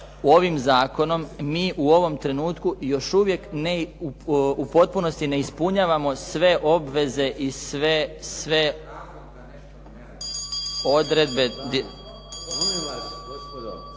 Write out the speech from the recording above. ovim zakonom mi u ovom trenutku još uvijek u potpunosti ne ispunjavamo sve obveze i sve odredbe